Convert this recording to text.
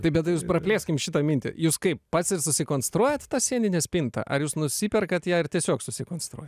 tai bet tai jūs praplėskim šitą mintį jūs kaip pats ir susikonstruojat sieninę spintą ar jūs nusiperkat ją ar tiesiog susikonstruoja